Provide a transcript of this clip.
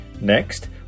Next